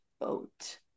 boat